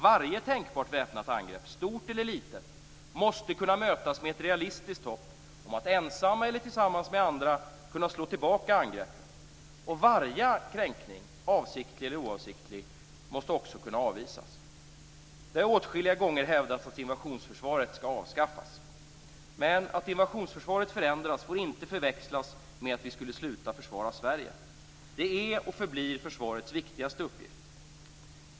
Varje tänkbart väpnat angrepp, stort eller litet, måste kunna mötas med ett realistiskt hopp om att ensamma eller tillsammans med andra kunna slå tillbaka angreppet. Och varje kränkning, avsiktlig eller oavsiktlig, måste också kunna avvisas. Det har åtskilliga gånger hävdats att invasionsförsvaret skall avskaffas. Men att invasionsförsvaret förändras får inte förväxlas med att vi skulle sluta att försvara Sverige. Det är och förblir försvarets viktigaste uppgift.